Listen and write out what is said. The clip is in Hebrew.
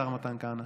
השר מתן כהנא,